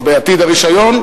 או בעתיד הרשיון,